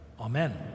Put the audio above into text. Amen